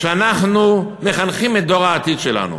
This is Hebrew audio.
שבהם אנחנו מחנכים את דור העתיד שלנו.